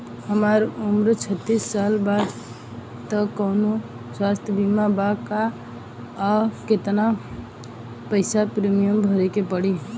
हमार उम्र छत्तिस साल बा त कौनों स्वास्थ्य बीमा बा का आ केतना पईसा प्रीमियम भरे के पड़ी?